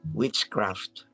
witchcraft